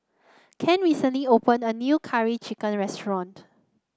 Ken recently opened a new Curry Chicken restaurant